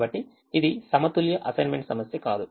కాబట్టి ఇది సమతుల్య అసైన్మెంట్ సమస్య కాదు